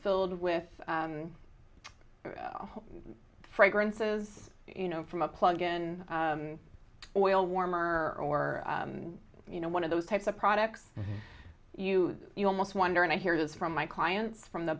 filled with fragrances you know from a plug in oil warmer or you know one of those types of products you almost wonder and i hear this from my clients from the